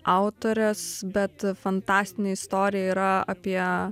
autorės bet fantastinė istorija yra apie